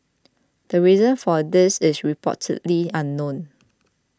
the reason for this is reportedly unknown